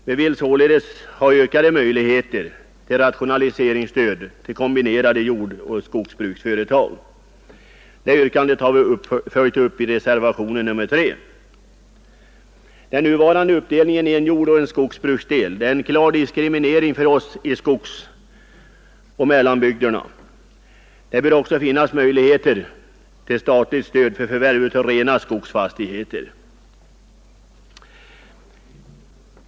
Vi vill således ha ökade möjligheter till rationaliseringsstöd till kombinerade jordoch skogsbruksföretag. Detta yrkande har vi följt upp i reservationen 3. Den nuvarande uppdelningen i en jordoch en skogsbruksdel innebär en klar diskriminering för oss i skogsoch mellanbygderna. Det bör också finnas möjligheter till statligt stöd för förvärv av rena skogsfastigheter.